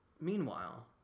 Meanwhile